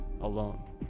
alone